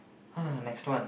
uh next one